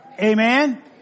Amen